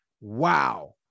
wow